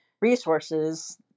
resources